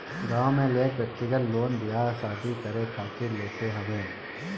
गांव में लोग व्यक्तिगत लोन बियाह शादी करे खातिर लेत हवे